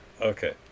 Okay